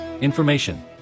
information